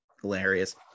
hilarious